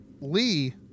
Lee